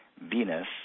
Venus